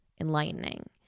enlightening